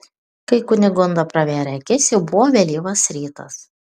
kai kunigunda pravėrė akis jau buvo vėlyvas rytas